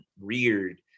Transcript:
reared